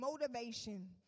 motivation